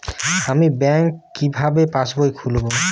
আমি ব্যাঙ্ক কিভাবে পাশবই খুলব?